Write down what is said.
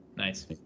Nice